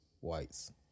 whites